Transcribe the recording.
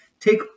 Take